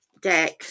deck